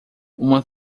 uma